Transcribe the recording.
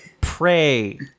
Pray